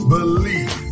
Believe